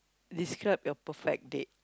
describe your perfect date